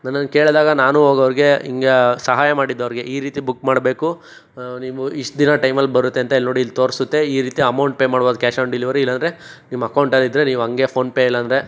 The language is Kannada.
ನನ್ನನ್ನು ಕೇಳಿದಾಗ ನಾನು ಹೋಗಿ ಅವ್ರಿಗೆ ಹೀಗೆ ಸಹಾಯ ಮಾಡಿದ್ದೆ ಅವ್ರಿಗೆ ಈ ರೀತಿ ಬುಕ್ ಮಾಡಬೇಕು ನಿಮಗೆ ಇಷ್ಟು ದಿನ ಟೈಮಲ್ಲಿ ಬರುತ್ತೆ ಅಂತ ಇಲ್ಲಿ ನೋಡಿ ಇಲ್ಲಿ ತೋರಿಸುತ್ತೆ ಈ ರೀತಿ ಅಮೌಂಟ್ ಪೇ ಮಾಡ್ಬೌದು ಕ್ಯಾಶ್ ಆನ್ ಡೆಲಿವರಿ ಇಲ್ಲಾಂದರೆ ನಿಮ್ಮ ಅಕೌಂಟಲ್ಲಿದ್ದರೆ ನೀವು ಹಂಗೆ ಫೋನ್ಪೇ ಇಲ್ಲಾಂದರೆ